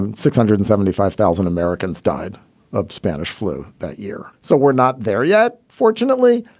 and six hundred and seventy five thousand americans died of spanish flu that year. so we're not there yet, fortunately,